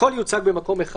הכול יוצג במקום אחד.